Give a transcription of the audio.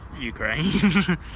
Ukraine